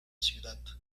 ciudad